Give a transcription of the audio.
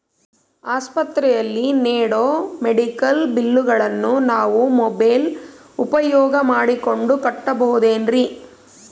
ಆಸ್ಪತ್ರೆಯಲ್ಲಿ ನೇಡೋ ಮೆಡಿಕಲ್ ಬಿಲ್ಲುಗಳನ್ನು ನಾವು ಮೋಬ್ಯೆಲ್ ಉಪಯೋಗ ಮಾಡಿಕೊಂಡು ಕಟ್ಟಬಹುದೇನ್ರಿ?